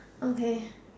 okay